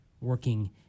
working